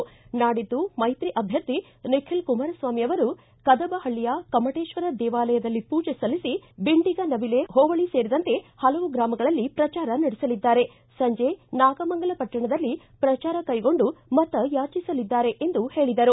ನಾಡಿದ್ದು ಮೈತ್ರಿ ಅಭ್ಯರ್ಥಿ ನಿಖಿಲ್ ಕುಮಾರಸ್ವಾಮಿ ಅವರು ಕದಬಹಳ್ಳಿಯ ಕಮಟೇತ್ವರ ದೇವಾಲಯದಲ್ಲಿ ಪೂಜೆ ಸಲ್ಲಿಸಿ ಬಿಂಡಿಗನವಿಲೆ ಹೋಬಳಿ ಸೇರಿದಂತೆ ಹಲವು ಗ್ರಾಮಗಳಲ್ಲಿ ಪ್ರಚಾರ ನಡೆಸಲಿದ್ದಾರೆ ಸಂಜೆ ನಾಗಮಂಗಲ ಪಟ್ಟಣದಲ್ಲಿ ಪ್ರಚಾರ ಕೈಗೊಂಡು ಮತಯಾಚಿಸಲಿದ್ದಾರೆ ಎಂದು ಹೇಳಿದರು